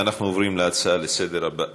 אנחנו עוברים להצעה הבאה לסדר-היום,